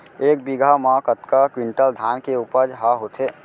एक बीघा म कतका क्विंटल धान के उपज ह होथे?